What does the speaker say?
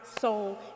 soul